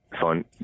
fun